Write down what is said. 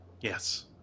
Yes